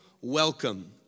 welcome